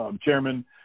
chairman